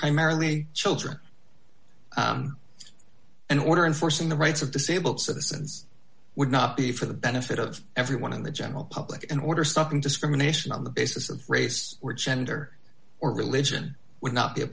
primarily children in order and forcing the rights of disabled citizens would not be for the benefit of everyone in the general public and order something discrimination on the basis of race or gender or religion would not be a